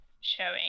showing